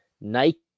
Nike